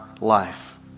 life